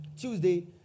Tuesday